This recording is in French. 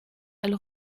elle